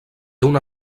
una